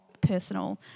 personal